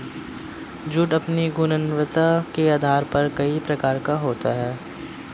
jute अपनी गुणवत्ता के आधार पर कई प्रकार का होता है